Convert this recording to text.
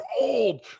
old